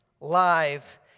Live